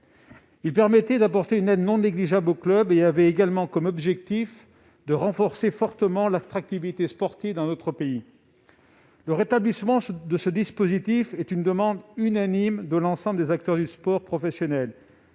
Il permettait d'apporter une aide non négligeable aux clubs et avait également pour objet de renforcer l'attractivité sportive de notre pays. Le rétablissement de ce DIC est une demande unanime de l'ensemble des acteurs du sport professionnel.